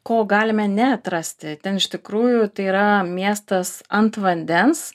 ko galime neatrasti ten iš tikrųjų tai yra miestas ant vandens